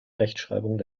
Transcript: rechtschreibung